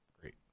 Great